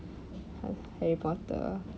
h~ harry potter